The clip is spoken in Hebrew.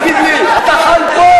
תגיד לי, אתה חי פה?